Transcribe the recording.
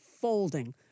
folding